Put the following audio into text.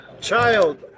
child